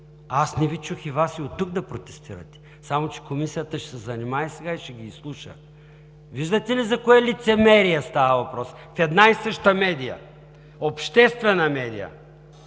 Аз не Ви чух и Вас оттук да протестирате. Само че Комисията ще се занимае сега и ще ги изслуша. Виждате ли за какво лицемерие става въпрос в една и съща медия – обществена медия,